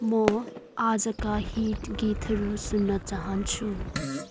म आजका हिट गीतहरू सुन्न चाहन्छु